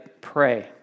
pray